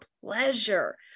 pleasure